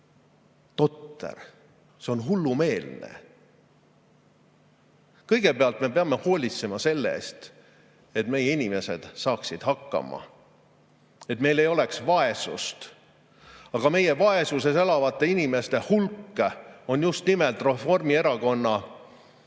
totter. See on hullumeelne! Kõigepealt me peame hoolitsema selle eest, et meie inimesed saaksid hakkama, et meil ei oleks vaesust. Aga meie vaesuses elavate inimeste hulk on just nimelt Reformierakonna võimul